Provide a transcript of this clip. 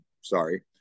sorry